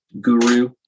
Guru